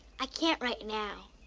i can't right now.